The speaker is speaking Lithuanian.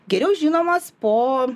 geriau žinomas po